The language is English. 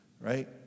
Right